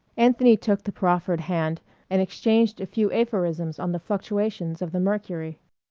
anthony took the proffered hand and exchanged a few aphorisms on the fluctuations of the mercury.